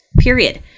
period